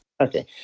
Okay